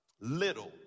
little